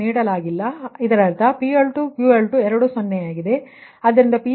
ಆದ್ದರಿಂದ ಇದರರ್ಥ PL2 QL2 ಎರಡೂ 0 ಆದ್ದರಿಂದ Pg2 PL20